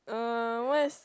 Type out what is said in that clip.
uh what is